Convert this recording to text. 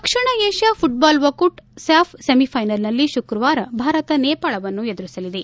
ದಕ್ಷಿಣ Asia football ಒಕ್ಕೂಟ ಸ್ಕಾಫ್ ಸೆಮಿಫೈನಲ್ನಲ್ಲಿ ಶುಕ್ರವಾರ ಭಾರತ ನೇಪಾಳವನ್ನು ಎದುರಿಸಲಿದೆ